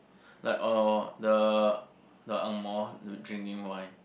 like uh the the ang moh drinking wine